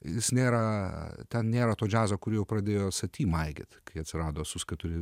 jis nėra ten nėra to džiazo kūr jau pradėjo sati maigyt kai atsirado sus keturi